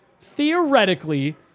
theoretically